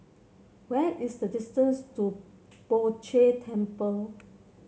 where is the distance to Poh Jay Temple